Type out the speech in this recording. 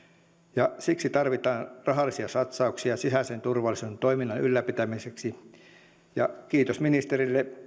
siksi tarvitaan rahallisia satsauksia sisäisen turvallisuuden toiminnan ylläpitämiseksi kiitos ministerille